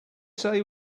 say